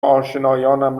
آشنایانم